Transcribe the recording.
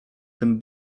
tym